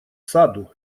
саду